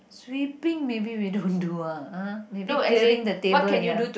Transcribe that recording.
sweeping maybe we don't do ah !huh! maybe clearing the table ya